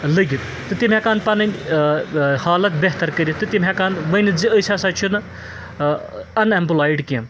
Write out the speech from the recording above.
لٔگِتھ تہٕ تِم ہیٚکہٕ ہان پَنٕنۍ ٲں ٲں حالت بہتر کٔرِتھ تہٕ تم ہیٚکہٕ ہان ؤنِتھ زِ أسۍ ہَسا چھِنہٕ ٲں اَن ایٚمپٕلایڈ کیٚنٛہہ